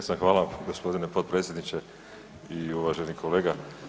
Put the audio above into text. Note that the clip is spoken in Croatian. Jesam, hvala gospodine potpredsjedniče i uvaženi kolega.